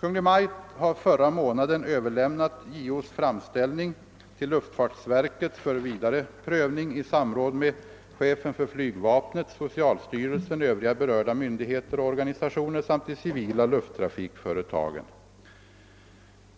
Kungl. Maj:t har förra månaden överlämnat JO:s framställning till luftfartsverket för vidare prövning i samråd med chefen för flygvapnet, socialstyrelsen, övriga berörda myndigheter och organisationer samt de civila lufttrafikföretagen.